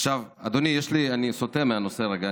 עכשיו, אדוני, אני סוטה מהנושא רגע.